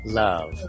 love